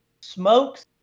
Smokes